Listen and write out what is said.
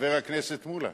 חבר הכנסת מולה.